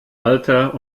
alter